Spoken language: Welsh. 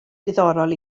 diddorol